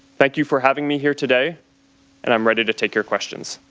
thank you for having me here today and i'm ready to take your questions.